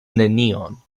nenion